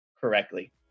correctly